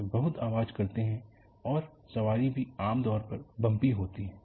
यह बहुत आवाज करते है और सवारी भी आम तौर पर बंपी होती है